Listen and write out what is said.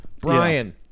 Brian